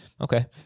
Okay